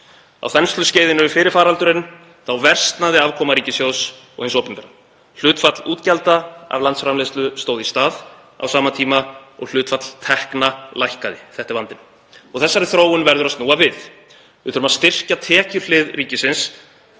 Á þensluskeiðinu fyrir faraldurinn versnaði afkoma ríkissjóðs og hins opinbera. Hlutfall útgjalda af landsframleiðslu stóð í stað á sama tíma og hlutfall tekna lækkaði. Þetta er vandinn og þessari þróun verður að snúa við. Við þurfum að styrkja tekjuhlið ríkisins